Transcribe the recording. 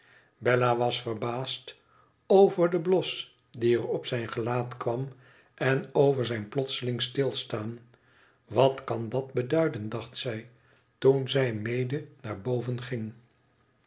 bella was verbaasd over den blos die er op zijn gelaat kwam en over zijn plotseling stilstaan wat kan dat beduiden dacht zij toen zij nede naar boven ging